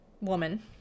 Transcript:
woman